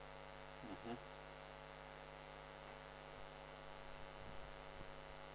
mmhmm